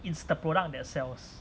it's the product that sells